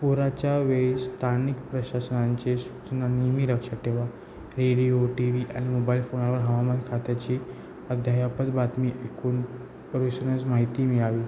पूराच्या वेळी स्थानिक प्रशासनांचे सूचना निमि लक्षात ठेवा रेडिओ टी व्ही आणि मोबाईल फोनावर हवामान खात्याची अध्यायापद बातमी एकून परिसराची माहिती मिळावी